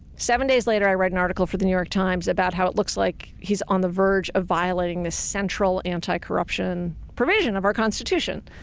seven days later i write an article for the new york times about how it looks like he's on the verge of violating this central anti-corruption provision of our constitution.